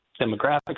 demographics